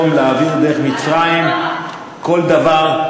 אז אפשר היום להעביר דרך מצרים כל דבר,